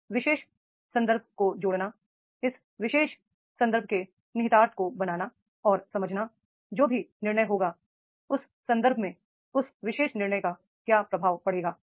इस विशेष संदर्भ को जोड़ना इस संदर्भ के निहितार्थ को बनाना और समझना जो भी निर्णय होगा उस संदर्भ में उस विशेष निर्णय का क्या प्रभाव पड़ेगा